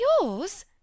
Yours